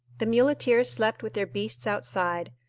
the muleteers slept with their beasts outside,